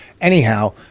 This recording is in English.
Anyhow